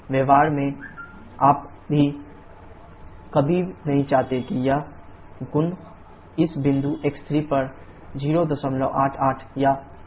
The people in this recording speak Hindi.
व्यवहार में आप कभी नहीं चाहते कि यह गुण इस बिंदु x3 पर 088 या 88 से कम हो